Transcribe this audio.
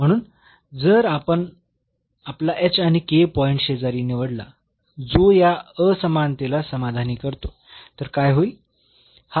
म्हणून जर आपण आपला आणि पॉईंट शेजारी निवडला जो या असमानतेला समाधानी करतो तर काय होईल